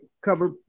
cover